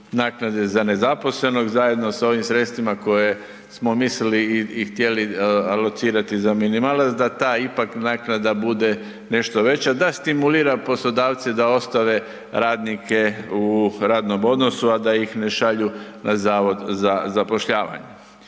naknade za nezaposlenog zajedno s ovim sredstvima koje smo mislili i htjeli alocirati za minimalac da ta ipak naknada bude nešto veća, da stimulira poslodavce da ostave radnike u radnom odnosu, a da ih ne šalju na HZZ. Već sam i premijeru